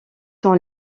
sont